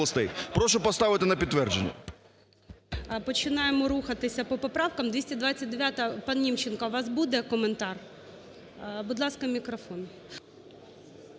Прошу поставити на підтвердження. ГОЛОВУЮЧИЙ. Починаємо рухатися по поправкам. 229-а. Пан Німченко, у вас буде коментар? Будь ласка, мікрофон.